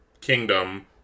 Kingdom